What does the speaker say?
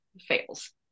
fails